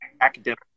academic